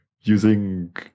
using